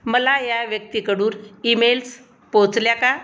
मला या व्यक्तीकडूर ईमेल्स पोचल्या का